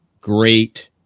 great